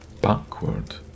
backward